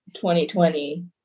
2020